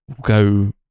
go